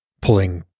pulling